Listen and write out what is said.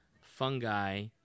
Fungi